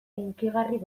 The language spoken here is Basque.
hunkigarri